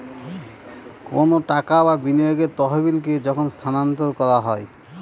কোনো টাকা বা বিনিয়োগের তহবিলকে যখন স্থানান্তর করা হয়